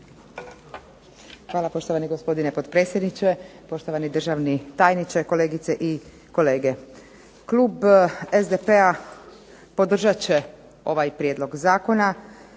Hvala poštovani gospodine potpredsjedniče, poštovani državni tajniče, kolegice i kolege. Klub SDP-a podržat će ovaj prijedlog zakona,